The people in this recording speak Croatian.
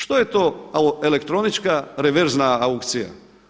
Što je to elektronička reverzna aukcija?